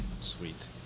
Sweet